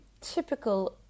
typical